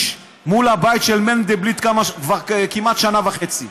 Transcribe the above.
מול הבית של מנדלבליט כמעט שנה וחצי,